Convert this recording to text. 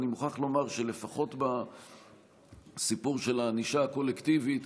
אני מוכרח לומר שלפחות בסיפור של הענישה הקולקטיבית,